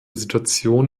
situation